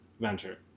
venture